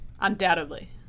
Undoubtedly